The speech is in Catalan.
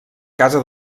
casa